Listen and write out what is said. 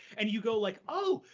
and you go like, oh,